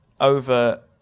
over